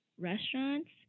restaurants